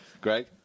Greg